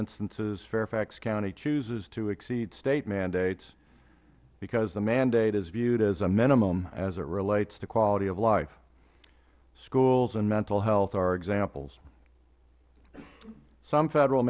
instances fairfax county chooses to exceed state mandates because the mandate is viewed as a minimum as it relates to quality of life schools and mental health are examples some federal